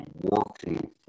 working